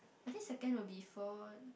I think second will be four